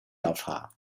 调查